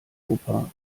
europa